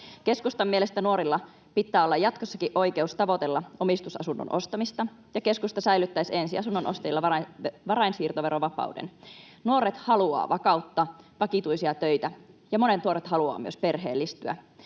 Keskustan mielestä nuorilla pitää olla jatkossakin oikeus tavoitella omistusasunnon ostamista, ja keskusta säilyttäisi ensiasunnon ostajilla varainsiirtoverovapauden. Nuoret haluavat vakautta, vakituisia töitä, ja monet nuoret haluavat myös perheellistyä.